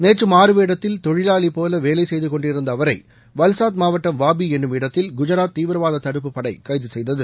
நேற்று மாறு வேடத்தில் தொழிலாளி போல வேலை செய்துக்கொண்டிருந்த அவரை வல்சாத் மாவட்டம் வாபி என்னும் இடத்தில் குஜராத் தீவிரவாத தடுப்புப்படை கைது செய்தது